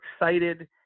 excited